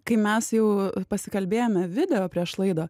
kai mes jau pasikalbėjome video prieš laidą